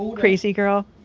crazy girl?